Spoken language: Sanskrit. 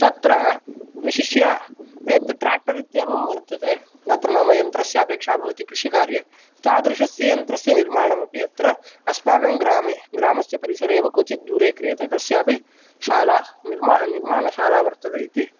तत्र विशिष्य यत् ट्रेक्टर् इत्येवं वर्तते तत्र नाम यन्त्रस्य अपेक्षा भवति कृषिकार्ये तादृशस्य यन्त्रस्य निर्माणमपि अत्र अस्माकं ग्रामे ग्रामस्य परिसरे एव क्वचित्दूरे क्रियते तत्रापि शाला निर्मा निर्माणशाला वर्तते इति